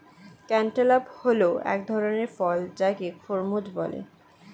cantaloupe হল এক ধরণের ফল যাকে খরমুজ বলে